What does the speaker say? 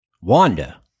Wanda